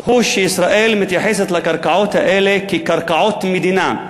הוא שישראל מתייחסת לקרקעות האלה כקרקעות מדינה.